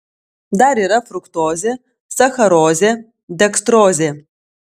dar yra fruktozė sacharozė dekstrozė